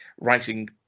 writing